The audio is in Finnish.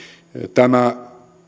tämä